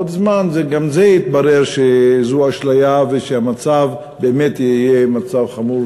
גם בזה יתברר שזאת אשליה ושהמצב באמת יהיה מצב חמור,